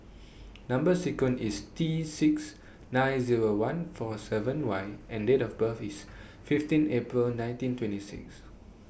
Number sequence IS T six nine Zero one four seven Y and Date of birth IS fifteen April nineteen twenty six